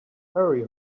harry